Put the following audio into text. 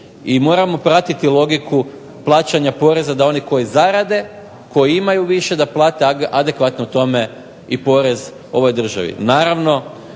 i moramo pratiti logiku plaćanja poreza da oni koji zarade koji imaju više da plate adekvatno tome i porez ovoj državi.